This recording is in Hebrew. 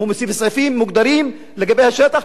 הוא מוסיף סעיפים מוגדרים לגבי השטח.